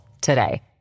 today